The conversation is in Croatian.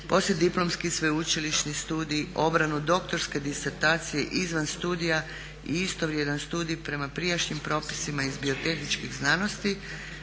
poslijediplomski sveučilišni studij, obranu doktorske disertacije izvan studij i istovrijedan studij prema prijašnjim propisima iz biotehničkih znanosti,